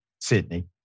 Sydney